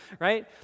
right